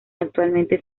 actualmente